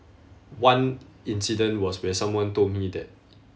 one incident was when someone told me that